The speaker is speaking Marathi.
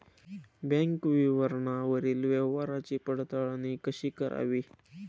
बँक विवरणावरील व्यवहाराची पडताळणी कशी करावी?